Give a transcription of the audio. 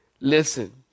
Listen